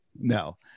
No